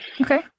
Okay